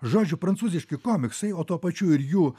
žodžiu prancūziški komiksai o tuo pačiu ir jų